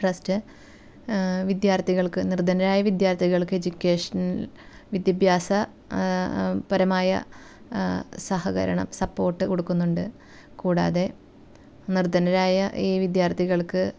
trust വിദ്യാർഥികൾക്ക് നിർധനരായ വിദ്യാർഥികൾക്ക് എഡ്യുക്കേഷണൽ വിദ്യാഭ്യാസ പരമായ സഹകരണം സപോർട്ട് കൊടുക്കുന്നുണ്ട് കൂടാതെ നിർധനരായ ഈ വിദ്യാർഥികൾക്ക്